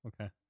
okay